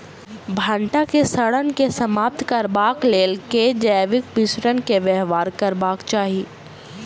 भंटा केँ सड़न केँ समाप्त करबाक लेल केँ जैविक मिश्रण केँ व्यवहार करबाक चाहि?